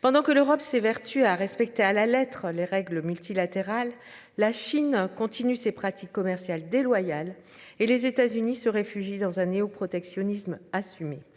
Pendant que l'Europe s'évertue à respecter à la lettre les règles multilatérales, la Chine continue ses pratiques commerciales déloyales et les États-Unis se réfugie dans un néo-protectionnisme assumé.